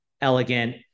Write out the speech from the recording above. elegant